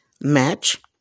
Match